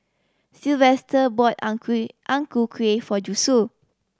Sylvester bought ang kueh Ang Ku Kueh for Josue